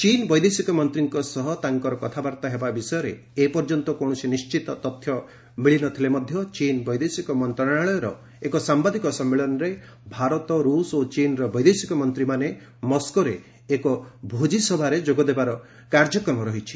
ଚୀନ୍ ବୈଦେଶିକ ମନ୍ତ୍ରୀଙ୍କ ସହ ତାଙ୍କର କଥାବାର୍ତ୍ତା ହେବା ବିଷୟରେ ଏପର୍ଯ୍ୟନ୍ତ କୌଣସି ନିର୍ଣ୍ଣିତ ତଥ୍ୟ ମିଳି ନ ଥିଲେ ମଧ୍ୟ ଚୀନ୍ ବୈଦେଶିକ ମନ୍ତ୍ରଣାଳୟର ଏକ ସାମ୍ବାଦିକ ସମ୍ମିଳନୀରେ ଭାରତ ରୁଷ ଓ ଚୀନ୍ର ବୈଦେଶିକ ମନ୍ତ୍ରୀମାନେ ମସ୍କୋରେ ଏକ ଭୋଜିସଭାରେ ଯୋଗଦେବାର କାର୍ଯ୍ୟକ୍ରମ ରହିଛି